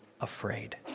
afraid